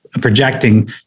projecting